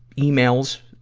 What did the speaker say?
emails,